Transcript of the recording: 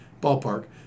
ballpark